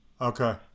Okay